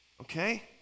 Okay